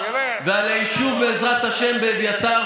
זה, וגילתה שהדברים אמת.